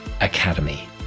academy